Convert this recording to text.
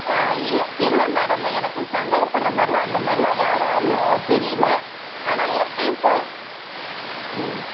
இ இல்லை மேடம் எனக்கு சந்தேகப்படுற மாதிரிலாம் அந்தமாதிரிலாம் யாரும் அவ்வளவும் தெரியலை ஆனால் எப்பையும் போல் ம்